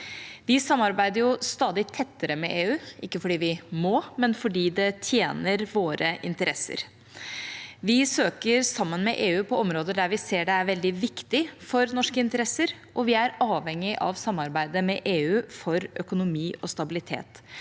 Vi samarbeider stadig tettere med EU, ikke fordi vi må, men fordi det tjener våre interesser. Vi søker sammen med EU på områder der vi ser at det er veldig viktig for norske interesser, og vi er avhengig av samarbeidet med EU for økonomi og stabilitet.